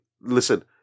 Listen